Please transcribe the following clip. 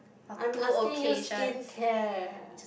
I'm asking you skincare